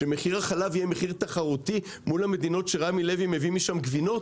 שמחיר החלב יהיה מחיר תחרותי מול המדינות שרמי לוי מביא משם גבינות,